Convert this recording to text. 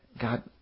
God